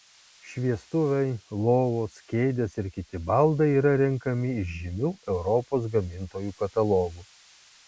šviestuvai lovos kėdės ir kiti baldai yra renkami iš žymių europos gamintojų katalogų